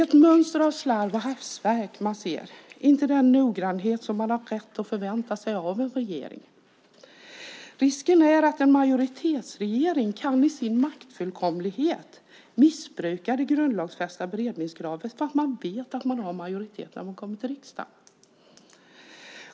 Ett mönster av slarv och hafsverk är vad man ser, inte den noggrannhet som man har rätt att förvänta sig av en regering. Risken är att en majoritetsregering vid sin maktfullkomlighet kan missbruka det grundlagsfästa beredningskravet för att man vet att man har majoritet i riksdagen.